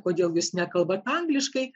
kodėl jūs nekalbate angliškai